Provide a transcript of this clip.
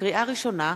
לקריאה ראשונה,